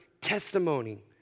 testimony